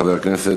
חבר הכנסת